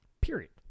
Period